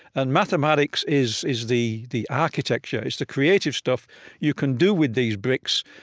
and mathematics is is the the architecture, it's the creative stuff you can do with these bricks.